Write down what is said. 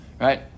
Right